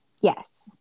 Yes